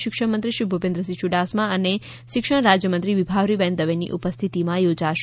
શિક્ષણમંત્રીશ્રી ભુપેન્દ્રસિંહ યુડાસમા અને માનનીય શિક્ષણ રાજ્યમંત્રીશ્રી વિભાવરીબેન દવેની ઉપસ્થિતિમાં યોજાશે